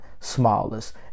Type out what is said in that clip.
smallest